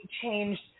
changed